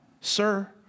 sir